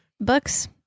books